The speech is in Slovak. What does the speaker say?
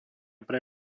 pre